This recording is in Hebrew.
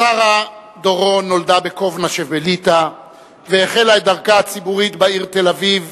שרה דורון נולדה בקובנה שבליטא והחלה את דרכה הציבורית בעיר תל-אביב,